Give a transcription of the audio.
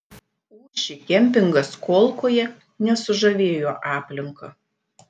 ūši kempingas kolkoje nesužavėjo aplinka